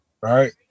Right